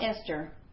Esther